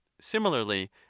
similarly